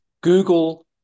Google